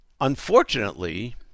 Unfortunately